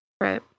Right